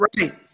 right